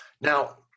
Now